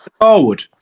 Forward